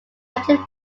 nativity